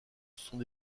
sont